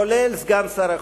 כולל סגן שר החוץ,